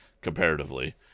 comparatively